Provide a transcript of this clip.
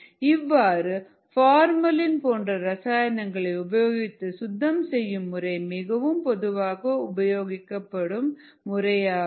இவ்வாறு பார்மலின் போன்ற ரசாயனங்களை உபயோகித்து சுத்தம் செய்யும் முறை மிகவும் பொதுவாக உபயோகிக்கப்படும் முறையாகும்